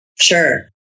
Sure